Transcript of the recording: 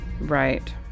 Right